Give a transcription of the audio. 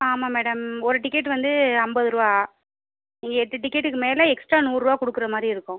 ஆமாம் மேடம் ஒரு டிக்கெட் வந்து அம்பது ரூவா நீங்கள் எட்டு டிக்கெட்டுக்கு மேலே எக்ஸ்ட்ரா நூறு ரூவா கொடுக்குற மாதிரி இருக்கும்